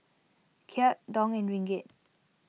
Kyat Dong and Ringgit